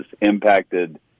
impacted